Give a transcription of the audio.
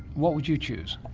what would you choose?